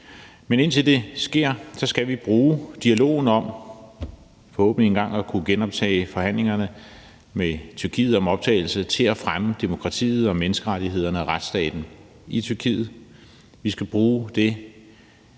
Men indtil det sker, skal vi bruge dialogen om forhåbentlig engang at kunne genoptage forhandlingerne med Tyrkiet om optagelse til at fremme demokratiet, menneskerettighederne og retsstaten i Tyrkiet. Vi skal bruge den